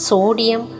Sodium